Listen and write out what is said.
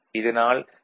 இதனால் டி